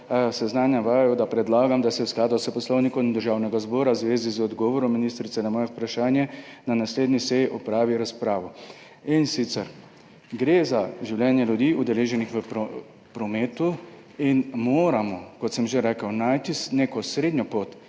seznanjam vaju, da predlagam, da se v skladu s Poslovnikom Državnega zbora v zvezi z odgovorom ministrice na moje vprašanje na naslednji seji opravi razprava. In sicer, gre za življenje ljudi, udeleženih v prometu, in moramo, kot sem že rekel, najti neko srednjo pot,